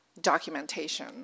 documentation